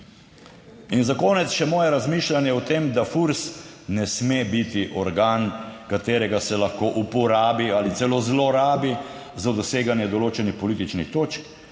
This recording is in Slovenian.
In za konec še moje razmišljanje o tem, da FURS ne sme biti organ, katerega se lahko uporabi ali celo zlorabi za doseganje določenih političnih točk.